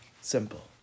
simple